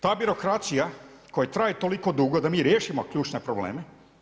Ta birokracija koja traje toliko dugo da mi riješimo ključne probleme.